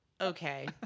Okay